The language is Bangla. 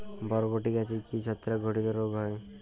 বরবটি গাছে কি ছত্রাক ঘটিত রোগ হয়?